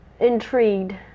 intrigued